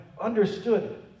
understood